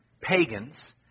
pagans